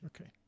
Okay